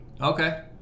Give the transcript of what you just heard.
Okay